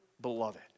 beloved